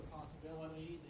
possibility